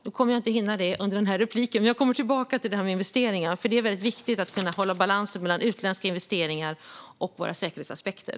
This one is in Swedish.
Jag kommer inte att hinna gå in på detta i det här inlägget, men jag kommer tillbaka till detta med investeringar, för det är väldigt viktigt att kunna hålla balansen mellan utländska investeringar och våra säkerhetsaspekter.